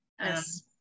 Yes